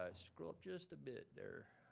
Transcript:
ah scroll up just a bit there,